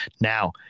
Now